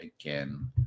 again